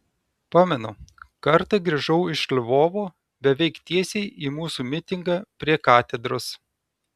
pamenu kartą grįžau iš lvovo beveik tiesiai į mūsų mitingą prie katedros